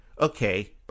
okay